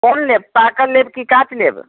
कोन लेब पाकल लेब कि काँच लेब